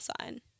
sign